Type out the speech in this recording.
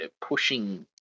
pushing